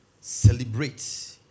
celebrate